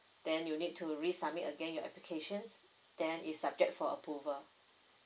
then you'll need to resubmit again your applications then it subject for approval